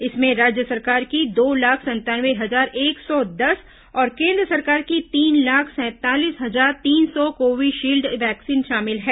इसमें राज्य सरकार की दो लाख संतानवे हजार एक सौ दस और केन्द्र सरकार की तीन लाख सैंतालीस हजार तीन सौ कोविशील्ड वैक्सीन शामिल हैं